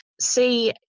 see